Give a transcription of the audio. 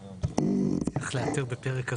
צריך לאתר בפרק הזמן.